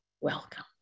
Welcome